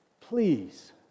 please